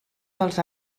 dels